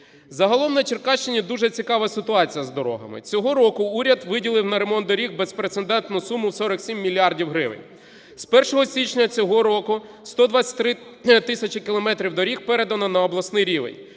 Загалом на Черкащині дуже цікава ситуація з дорогами. Цього року уряд виділив на ремонт доріг безпрецедентну суму в 47 мільярдів гривень. З 1 січня цього року 123 тисячі кілометрів доріг передано на обласний рівень,